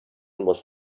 was